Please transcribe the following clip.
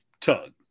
tug